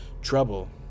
Trouble